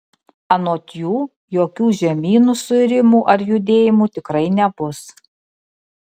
anot jų jokių žemynų suirimų ar judėjimų tikrai nebus